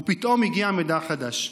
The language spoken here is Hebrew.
ופתאום הגיע מידע חדש.